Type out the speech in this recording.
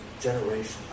Generation